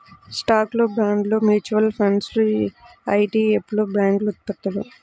స్టాక్లు, బాండ్లు, మ్యూచువల్ ఫండ్లు ఇ.టి.ఎఫ్లు, బ్యాంక్ ఉత్పత్తులు